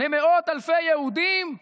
למאות אלפי יהודים ציונים,